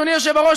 אדוני היושב-ראש,